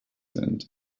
sind